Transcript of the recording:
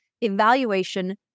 evaluation